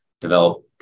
develop